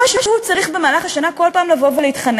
קורה שהוא צריך במהלך השנה כל פעם לבוא ולהתחנן,